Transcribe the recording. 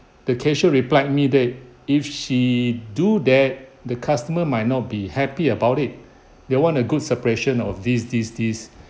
the cashier replied me that if she do that the customer might not be happy about it they want a good suppression of these these these